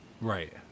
Right